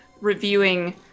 reviewing